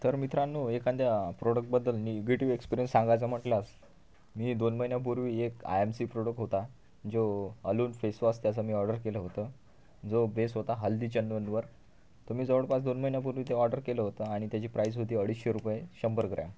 तर मित्रांनो एखाद्या प्रोडकबद्दल निगेटिव एक्स्पिरियन्स सांगायचा म्हटलाच मी दोन महिन्यापूर्वी एक आय एम सी प्रोडक होता जो अलून फेस वॉश त्याचा मी ऑर्डर केलं होतं जो बेस होता हल्दी चंदनवर तो मी जवळपास दोन महिन्यापूर्वी ते ऑर्डर केलं होतं आणि त्याची प्राइज होती अडीचशे रुपये शंभर ग्रॅम